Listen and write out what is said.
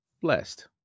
blessed